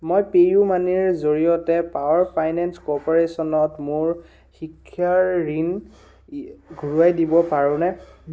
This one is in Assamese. মই পে ইউ মানিৰ জৰিয়তে পাৱাৰ ফাইনেন্স কৰ্প'ৰেছনত মোৰ শিক্ষাৰ ঋণ ঘূৰাই দিব পাৰোঁ নে